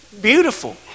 beautiful